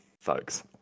folks